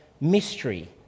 mystery